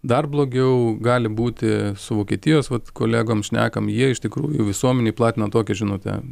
dar blogiau gali būti su vokietijos vat kolegom šnekam jie iš tikrųjų visuomenei platina tokią žinutę